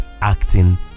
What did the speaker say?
acting